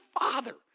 father